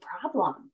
problem